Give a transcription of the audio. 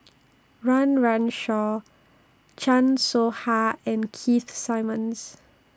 Run Run Shaw Chan Soh Ha and Keith Simmons